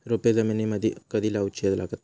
रोपे जमिनीमदि कधी लाऊची लागता?